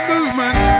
Movement